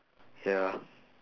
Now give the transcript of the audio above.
ya